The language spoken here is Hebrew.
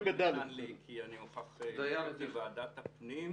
כי אני מוכרח ללכת לוועדת הפנים.